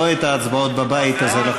לא את ההצבעות בבית הזה.